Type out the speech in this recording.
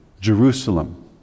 Jerusalem